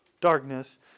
darkness